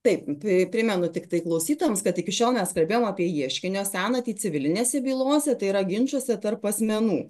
taip tai primenu tiktai klausytojams kad iki šiol mes kalbėjom apie ieškinio senatį civilinėse bylose tai yra ginčuose tarp asmenų